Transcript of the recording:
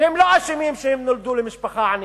הם לא אשמים שהם נולדו למשפחה ענייה.